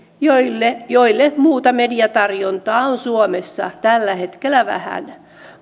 joille joille muuta mediatarjontaa on suomessa tällä hetkellä vähän